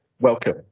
welcome